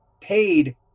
paid